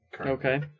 Okay